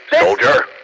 Soldier